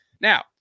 Now